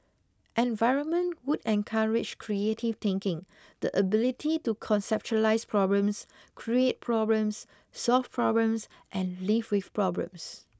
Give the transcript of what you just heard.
environment would encourage creative thinking the ability to conceptualise problems create problems solve problems and live with problems